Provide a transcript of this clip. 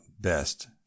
best